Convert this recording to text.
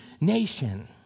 nation